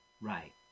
Right